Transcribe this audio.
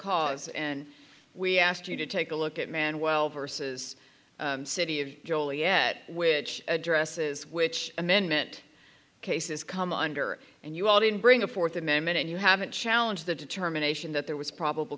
cause and we asked you to take a look at man while verses city of joliet which addresses which amendment cases come under and you all didn't bring a fourth amendment and you haven't challenge the determination that there was probabl